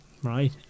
Right